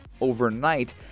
overnight